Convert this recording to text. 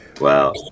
Wow